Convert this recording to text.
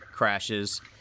crashes